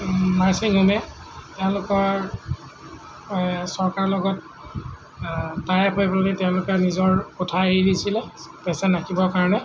nursing হোমে তেওঁলোকৰ চৰকাৰৰ লগত টাই আপ কৰি পেলানি তেওঁলোকে নিজৰ কোঠা এৰি দিছিলে পেচেণ্ট ৰাখিবৰ কাৰণে